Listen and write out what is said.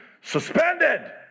suspended